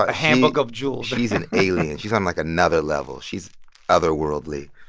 ah handbook of jewels. she's an alien. she's on, like, another level. she's otherworldly.